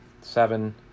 Seven